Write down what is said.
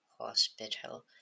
Hospital